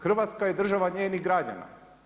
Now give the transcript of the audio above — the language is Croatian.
Hrvatska je država njenih građana.